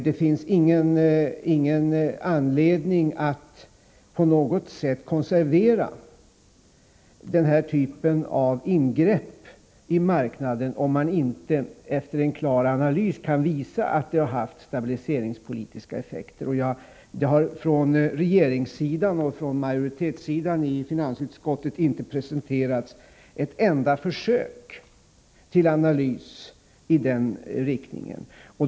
Det finns ingen anledning att på något sätt konservera denna typ av ingrepp i marknaden, om man inte efter en analys klart kan visa att de har haft stabiliseringspolitiska effekter. Det har från regeringssidan och från majoriteten i finansutskottet inte presenterats ett enda försök till analys i den riktningen.